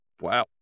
Wow